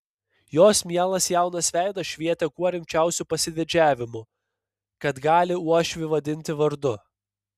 jos mielas jaunas veidas švietė kuo rimčiausiu pasididžiavimu kad gali uošvį vadinti vardu